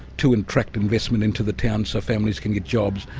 to attract investment into the town so families can get jobs,